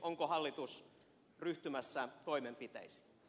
onko hallitus ryhtymässä toimenpiteisiin